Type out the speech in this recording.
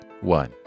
one